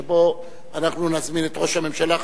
שאז אנחנו נזמין את ראש הממשלה.